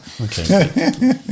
Okay